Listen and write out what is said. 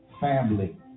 family